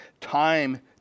time